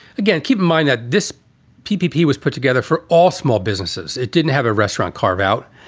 again, keep in mind that this peopie was put together for all small businesses. it didn't have a restaurant carve out.